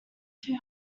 two